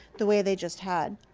the way they just had.